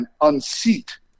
unseat